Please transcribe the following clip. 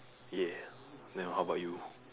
yeah then how about you